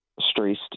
stressed